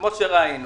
כפי שראינו,